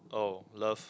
oh love